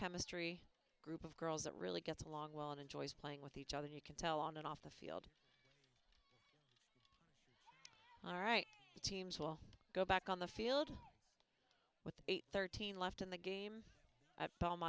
chemistry group of girls that really gets along well and enjoys playing with each other you can tell on and off the field all right teams will go back on the field with eight thirteen left in the game